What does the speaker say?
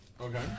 Okay